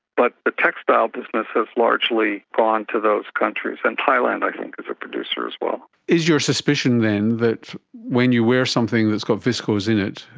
but the textile business has largely gone to those countries, and thailand i think is a producer as well. is your suspicion then that when you wear something that's got viscose in it,